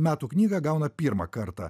metų knygą gauna pirmą kartą